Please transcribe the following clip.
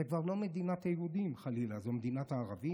זו כבר לא מדינת היהודים, חלילה, זו מדינת הערבים.